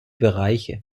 bereiche